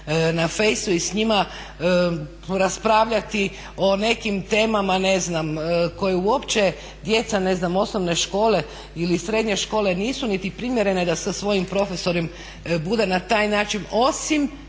na fejsu i s njima raspravljati o nekim temama koje uopće, djeca ne znam osnovne škole ili srednje škole nisu niti primjeren da svojim profesorom bude na taj način, osim,